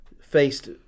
faced